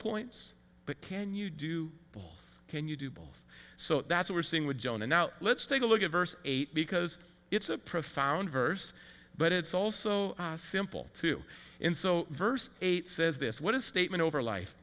points but can you do bill can you do both so that's what we're seeing with jonah now let's take a look at verse eight because it's a profound verse but it's also simple to in so verse eight says this what his statement over life